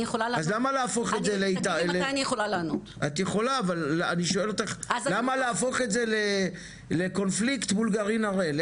אני שואל אותך למה להפוך את זה לקונפליקט מול גרעין הראל?